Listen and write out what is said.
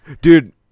Dude